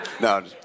no